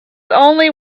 only